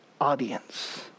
audience